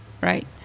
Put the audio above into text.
right